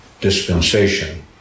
dispensation